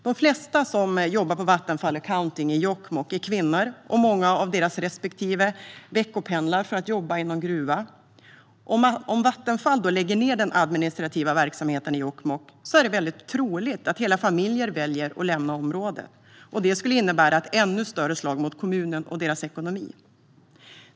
De flesta som jobbar på Vattenfall Accounting i Jokkmokk är kvinnor, och många av deras respektive veckopendlar för att jobba i någon gruva. Om Vattenfall lägger ned den administrativa verksamheten i Jokkmokk är det mycket troligt att hela familjer väljer att lämna området. Det skulle innebära ett ännu större slag mot kommunen och dess ekonomi.